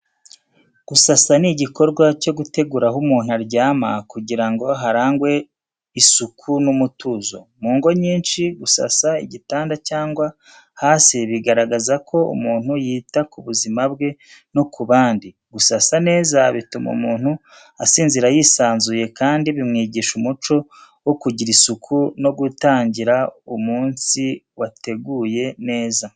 Gusasa ni igikorwa cyo gutegura aho umuntu aryama kugira ngo harangwe isuku n’umutuzo. Mu ngo nyinshi, gusasa igitanda cyangwa hasi bigaragaza ko umuntu yita ku buzima bwe no ku bandi. Gusasa neza bituma umuntu asinzira yisanzuye kandi bimwigisha umuco wo kugira isuku no gutangira umunsi wateguye neza.